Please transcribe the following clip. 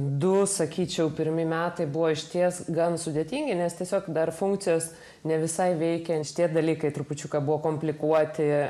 du sakyčiau pirmi metai buvo išties gan sudėtingi nes tiesiog dar funkcijos ne visai veikiant šitie dalykai trupučiuką buvo komplikuoti